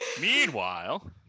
Meanwhile